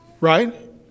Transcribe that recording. right